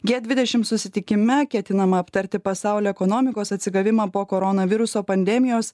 gie dvidešim susitikime ketinama aptarti pasaulio ekonomikos atsigavimą po koronaviruso pandemijos